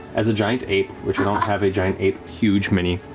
as a giant ape, which i don't have a giant ape huge mini,